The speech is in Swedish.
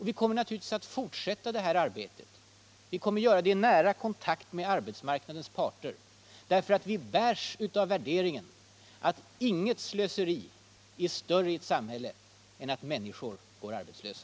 Vi kommer naturligtvis att fortsätta det arbetet, och vi kommer att göra det i nära kontakt med arbetsmarknadens parter, därför att vi bärs av värderingen att inget slöseri i ett samhälle är större än att människor går arbetslösa.